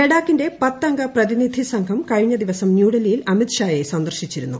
ലഡാക്കിന്റെ പത്ത് അംഗ പ്രതിനിധി സംഘം കഴിഞ്ഞ ദിവസം ന്യൂഡൽഹിയിൽ അമിത്ഷായെ സന്ദർശിച്ചിരുന്നു